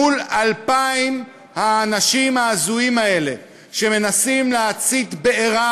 מול אלפיים האנשים ההזויים האלה שמנסים להצית בעירה